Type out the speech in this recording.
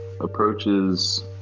approaches